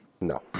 No